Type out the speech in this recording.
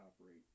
operate